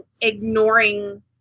ignoring